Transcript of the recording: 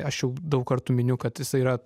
aš jau daug kartų miniu kad jisai yra